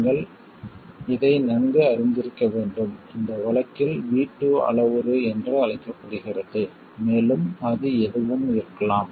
நீங்கள் இதை நன்கு அறிந்திருக்க வேண்டும் இந்த வழக்கில் V2 அளவுரு என்று அழைக்கப்படுகிறது மேலும் அது எதுவும் இருக்கலாம்